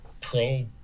pro